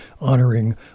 honoring